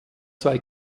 zwei